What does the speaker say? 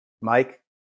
Mike